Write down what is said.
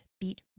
beat